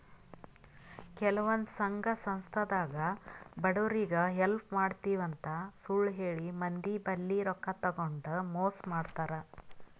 ಕೆಲವಂದ್ ಸಂಘ ಸಂಸ್ಥಾದಾಗ್ ಬಡವ್ರಿಗ್ ಹೆಲ್ಪ್ ಮಾಡ್ತಿವ್ ಅಂತ್ ಸುಳ್ಳ್ ಹೇಳಿ ಮಂದಿ ಬಲ್ಲಿ ರೊಕ್ಕಾ ತಗೊಂಡ್ ಮೋಸ್ ಮಾಡ್ತರ್